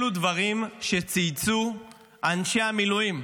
אלו דברים שצייצו אנשי המילואים,